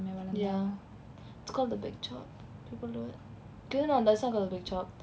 ya it's called the big chop people do it do you know alyssa got the big chop